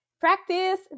Practice